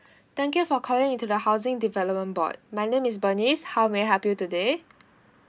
thank you for calling into the housing development board my name is bernice how may I help you today